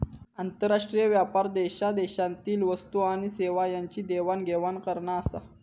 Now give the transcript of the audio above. आंतरराष्ट्रीय व्यापार देशादेशातील वस्तू आणि सेवा यांची देवाण घेवाण करना आसा